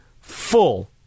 full